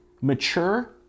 Mature